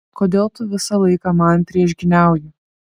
kodėl tu visą laiką man priešgyniauji